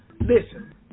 listen